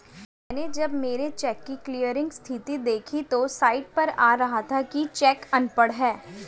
मैनें जब मेरे चेक की क्लियरिंग स्थिति देखी तो साइट पर आ रहा था कि चेक अनपढ़ है